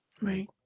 Right